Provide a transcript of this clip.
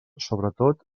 sobretot